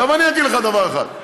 עכשיו, אני אגיד לך דבר אחד.